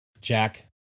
Jack